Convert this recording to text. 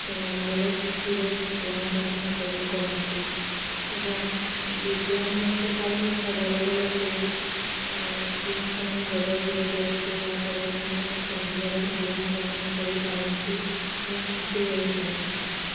ସେମାନେ ଭଲ ଖୁସିରେ ଜୀବନଯାପନ କରି କରନ୍ତି ଏବଂ ଦିବ୍ୟାଙ୍ଗଙ୍କ ପାଇଁ ମିଶା ଭଲ ଭଲ ସବୁ ଜିନିଷମାନେ ଯୋଗାଇ ଦିଆଯାଇଛି ଯାହାଫଳରେ ସେମାନେ ମିଶା ଭଲରେ ଜୀବନଯାପନ କରିପାରନ୍ତି ଏବଂ ଖୁସିରେ ରହିପାରନ୍ତି